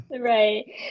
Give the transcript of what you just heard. Right